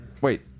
Wait